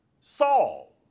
Saul